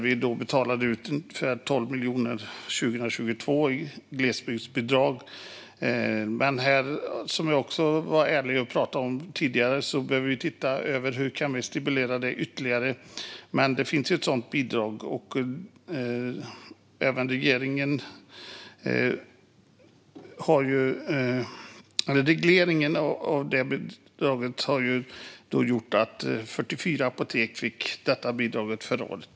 Vi betalade ut 12 miljoner 2022 i glesbygdsbidrag. Men jag sa ärligt tidigare att vi behöver titta över vilka ytterligare stimulanser som behövs. Det finns alltså ett bidrag, och regleringen av bidraget har gjort att 44 apotek fick bidraget förra året.